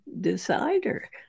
decider